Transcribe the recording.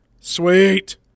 Sweet